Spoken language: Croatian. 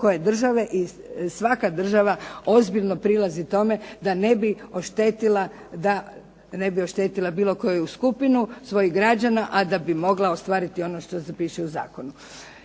koje države i svaka država ozbiljno prilazi tome da ne bi oštetila bilo koju skupinu svojih građana a da bi mogla ostvariti ono što piše u zakonu.